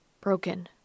Broken